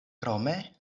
krome